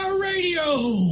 Radio